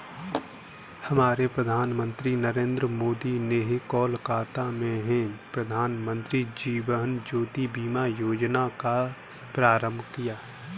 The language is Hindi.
हमारे प्रधानमंत्री नरेंद्र मोदी ने कोलकाता में प्रधानमंत्री जीवन ज्योति बीमा योजना का प्रारंभ किया